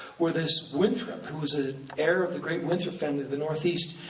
where this winthrop, who was an heir of the great winthrop family of the northeast,